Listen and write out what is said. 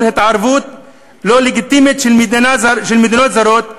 התערבות לא לגיטימית של מדינות זרות,